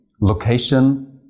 location